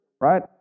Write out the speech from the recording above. right